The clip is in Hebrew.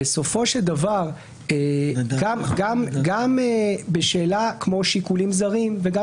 בסופו של דבר גם בשאלה כמו שיקולים זרים וגם